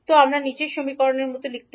তো আমরা কীভাবে লিখব